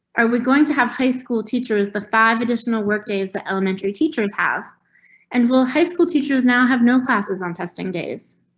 are we going to have high school teachers? the five additional work day is the elementary teachers have and will high school teachers now have no classes on testing days.